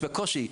יש בקושי.